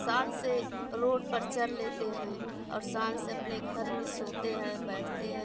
शान से रोड पर चल लेते हैं और शान से अपने घर में सोते हैं बैठते हैं